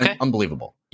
unbelievable